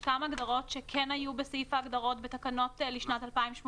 יש כמה הגדרות שכן היו בסעיף ההגדרות בתקנות לשנת 2018